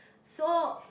so